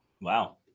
Wow